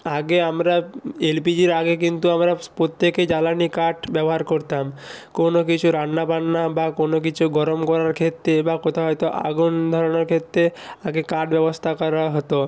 আগে আমরা এলপিজির আগে কিন্তু আমরা প্রত্যেকে জ্বালানি কাঠ ব্যবহার করতাম কোনো কিছু রান্না বান্না বা কোনো কিছু গরম করার ক্ষেত্রে বা কোথায় হয়তো আগুন ধরানোর ক্ষেত্রে আগে কাঠ ব্যবস্থা করা হতো